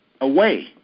away